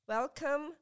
Welcome